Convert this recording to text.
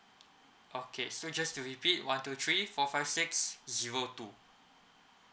okay so just to repeat one two three four five six zero two